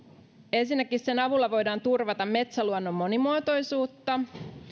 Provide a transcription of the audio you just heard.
ensinnäkin sen avulla voidaan turvata metsäluonnon monimuotoisuutta